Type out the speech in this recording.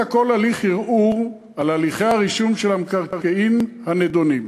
כל הליך ערעור על הליכי הרישום של המקרקעין הנדונים.